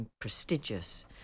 prestigious